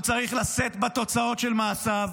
הוא צריך לשאת בתוצאות של מעשיו,